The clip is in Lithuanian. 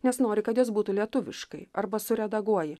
nes nori kad jos būtų lietuviškai arba suredaguoji